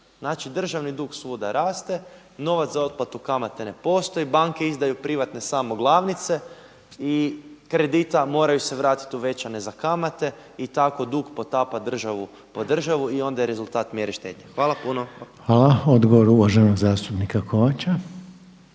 Znači državni dug svuda raste, novac za otplatu kamate ne postoji, banke izdaju privatne samo glavnice i kredita, moraju se vratiti uvećane za kamate. I tako dug potapa državu po državu i onda je rezultat mjere štednje. Hvala puno. **Reiner, Željko (HDZ)** Hvala. Odgovor uvaženog zastupnika Kovača.